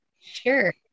Sure